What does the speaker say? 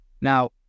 Now